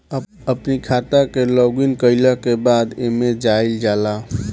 अपनी खाता के लॉगइन कईला के बाद एमे जाइल जाला